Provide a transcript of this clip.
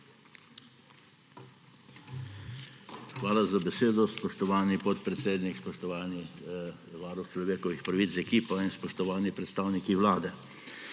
Hvala za besedo, spoštovani podpredsednik. Spoštovani varuh človekovih pravic z ekipo in spoštovani predstavniki Vlade,